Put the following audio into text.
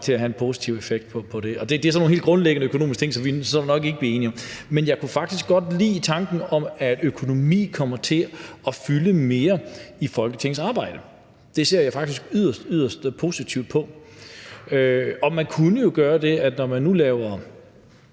til at have en positiv effekt, og det er sådan nogle helt grundlæggende økonomiske ting, som vi så nok ikke bliver enige om. Men jeg kunne faktisk godt lide tanken om, at økonomien kommer til at fylde mere i Folketingets arbejde. Det ser jeg faktisk yderst, yderst positivt på, og man kunne jo gøre det, når man herindefra